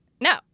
no